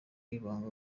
w’ibanga